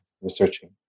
researching